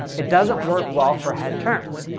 it doesn't work well for head terms.